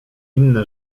inne